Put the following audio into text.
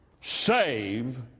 save